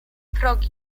progi